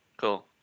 Cool